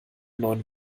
neun